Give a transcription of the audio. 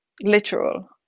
literal